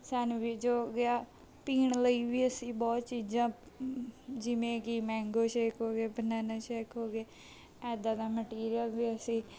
sandwich ਹੋ ਗਿਆ ਪੀਣ ਲਈ ਵੀ ਅਸੀਂ ਬਹੁਤ ਚੀਜ਼ਾਂ ਜਿਵੇਂ ਕਿ ਮੈਂਗੋ ਸ਼ੇਕ ਹੋ ਗਏ ਬਨਾਨਾ ਸ਼ੇਕ ਹੋ ਗਏ ਇੱਦਾਂ ਦਾ ਮਟੀਰੀਅਲ ਵੀ ਅਸੀਂ